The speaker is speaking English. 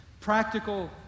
practical